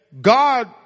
God